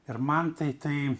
ir man tai tai